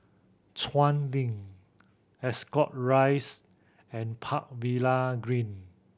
Chuan Link Ascot Rise and Park Villa Green